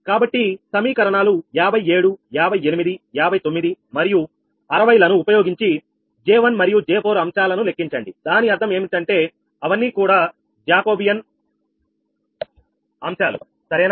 కాబట్టి సమీకరణాలు 57 58 59 మరియు 60 లను ఉపయోగించి J1 మరియు J4 అంశాలను లెక్కించండి దాని అర్థం ఏమిటంటే అవన్నీ కూడా జాకోబియన్ అంశాలు సరేనా